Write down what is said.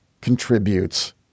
contributes